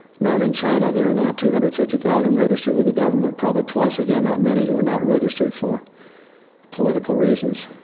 none in china. there are now two hundred and fifty thousand registered with the government, probably twice again that many who are not registered for political reasons.